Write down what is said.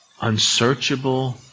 unsearchable